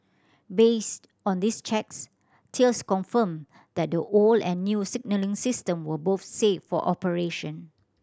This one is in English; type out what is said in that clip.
based on these checks Thales confirmed that the old and new signalling system were both safe for operation